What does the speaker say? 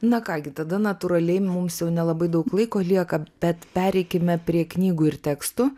na ką gi tada natūraliai mums jau nelabai daug laiko lieka bet pereikime prie knygų ir tekstų